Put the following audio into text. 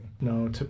no